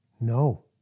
No